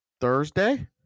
Thursday